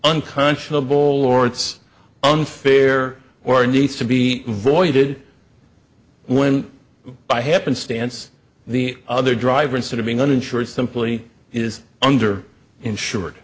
unconscionable or it's unfair or needs to be voided when i happenstance the other driver instead of being uninsured simply is under insured